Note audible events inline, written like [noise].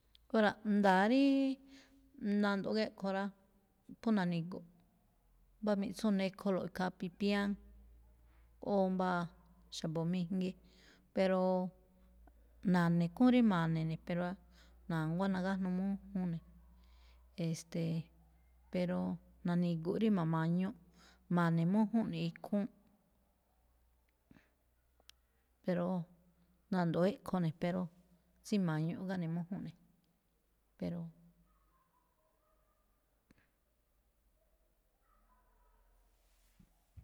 Óra̱, nda̱a̱ ríí nandoꞌ géꞌkho rá, phú na̱ni̱gu̱ꞌ, mbá miꞌtsú nekholo̱ꞌ khaa pipían goꞌwóo mbáa xa̱bo̱ mijngi, pero na̱ne̱ ikhúún rí ma̱ne̱ ne̱, pero na̱nguá nagájnuu mújúun ne̱, e̱ste̱e̱, pero na̱ni̱gu̱ꞌ rí ma̱ma̱ñuꞌ ma̱ne̱mújúnꞌ ne̱ ikhúúnꞌ. Pero, nandoꞌ éꞌkho ne̱, pero tsúma̱ñuꞌ gáne̱mújúnꞌ ne̱. [unintelligible] [noise]